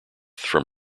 from